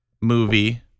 movie